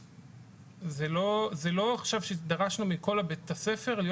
זה לא עכשיו שדרשנו מכל בית הספר להיות